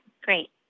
Great